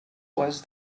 was